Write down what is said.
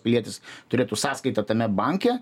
pilietis turėtų sąskaitą tame banke